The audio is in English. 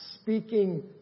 speaking